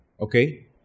Okay